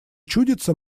чудится